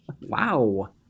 Wow